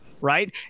Right